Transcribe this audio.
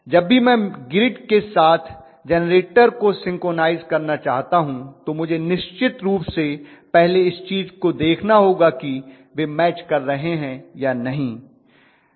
जब भी मैं ग्रिड के साथ जेनरेटर को सिंक्रनाइज़ करना चाहता हूं तो मुझे निश्चित रूप से पहले इस चीज को देखना होगा कि वे मैच कर रहे हैं या नहीं